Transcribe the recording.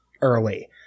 early